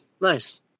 nice